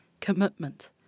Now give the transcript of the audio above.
commitment